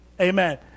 Amen